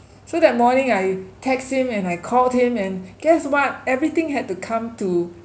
so that morning I text him and I called him and guess what everything had to come to